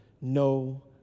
no